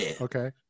Okay